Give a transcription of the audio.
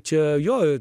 čia jo